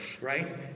right